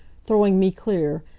throwing me clear,